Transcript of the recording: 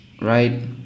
right